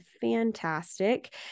fantastic